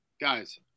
guys